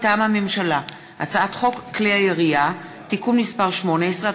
מטעם הממשלה: הצעת חוק כלי הירייה (תיקון מס' 18),